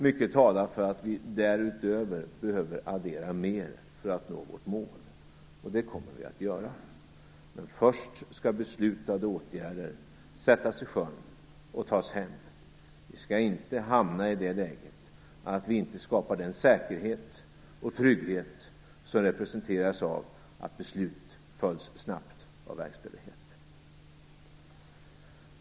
Mycket talar för att vi därutöver behöver addera mer för att nå vårt mål. Och det kommer vi att göra. Men först skall beslutade åtgärder sättas i sjön och tas hem. Vi skall inte hamna i det läget att vi inte skapar den säkerhet och trygghet som representeras av att beslut följs snabbt av verkställighet.